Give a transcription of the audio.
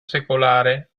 secolare